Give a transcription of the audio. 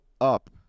up